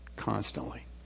constantly